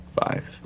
five